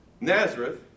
Nazareth